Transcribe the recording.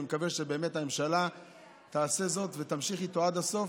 ואני מקווה שבאמת הממשלה תעשה זאת ותמשיך איתו עד הסוף.